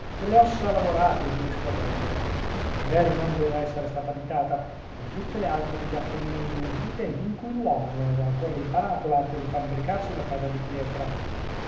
delle ossa lavorate e via discorrendo la caverna doveva essere stata abitata come tutte le altre degli appennini nei tempi in cui l'uomo non aveva ancora imparato l'arte di fabbricarsi una casa di pietra